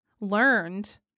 learned